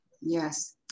Yes